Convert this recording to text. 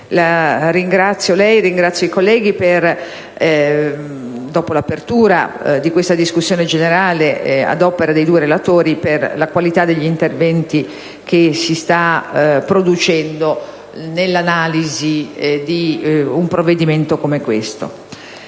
ringrazio lei e i colleghi, dopo l'apertura di questa discussione generale ad opera dei due relatori, per la qualità degli interventi che si stanno producendo nell'analisi di un provvedimento come questo.